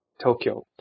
Tokyo